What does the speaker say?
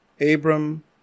Abram